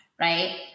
right